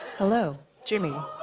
hello, jimmy. oh,